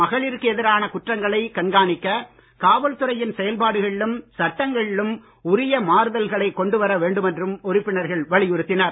மகளிருக்கு எதிரான குற்றங்களை கண்காணிக்க காவல்துறையின் செயல்பாடுகளிலும் சட்டங்களிலும் உரிய மாறுதல்களைக் கொண்டுவர வேண்டுமென்றும் உறுப்பினர்கள் வலியுறுத்தினர்